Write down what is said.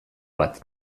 bat